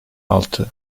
altı